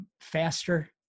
faster